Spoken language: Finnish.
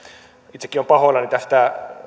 itsekin olen pahoillani tästä